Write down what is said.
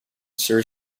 sir